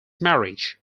marriage